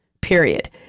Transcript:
period